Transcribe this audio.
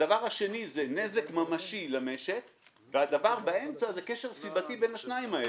הדבר השני זה נזק ממשי למשק; והדבר באמצע זה קשר סיבתי בין השניים האלה.